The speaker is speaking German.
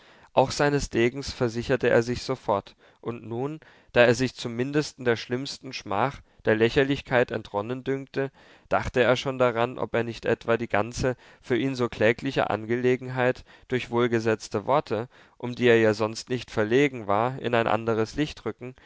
auch seines degens versicherte er sich sofort und nun da er sich zum mindesten der schlimmsten schmach der lächerlichkeit entronnen dünkte dachte er schon daran ob er nicht etwa die ganze für ihn so klägliche angelegenheit durch wohlgesetzte worte um die er ja sonst nicht verlegen war in ein andres licht rücken